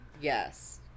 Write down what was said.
Yes